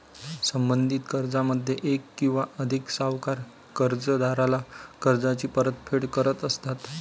संबंधित कर्जामध्ये एक किंवा अधिक सावकार कर्जदाराला कर्जाची परतफेड करत असतात